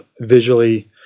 visually